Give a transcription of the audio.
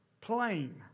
plain